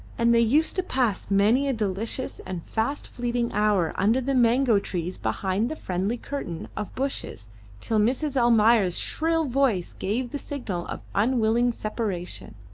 and they used to pass many a delicious and fast fleeting hour under the mango trees behind the friendly curtain of bushes till mrs. almayer's shrill voice gave the signal of unwilling separation.